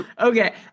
Okay